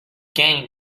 gain